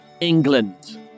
England